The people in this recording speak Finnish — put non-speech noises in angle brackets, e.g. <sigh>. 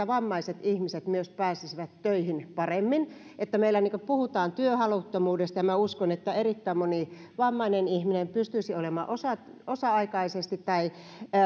<unintelligible> vammaiset ihmiset myös pääsisivät töihin paremmin meillä puhutaan työhaluttomuudesta ja minä uskon että erittäin moni vammainen ihminen pystyisi olemaan osa osa aikaisesti tai